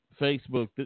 Facebook